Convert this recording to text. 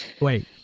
wait